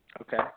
Okay